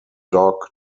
dog